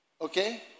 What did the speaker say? okay